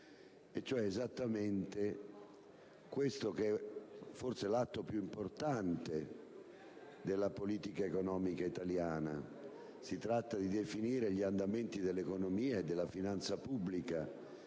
e finanza rappresenta forse l'atto più importante della politica economica italiana. Si tratta di definire gli andamenti dell'economia e della finanza pubblica